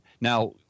Now